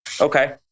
okay